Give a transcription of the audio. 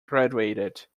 graduated